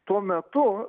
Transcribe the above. tuo metu